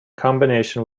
combination